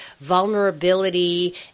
vulnerability